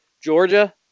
Georgia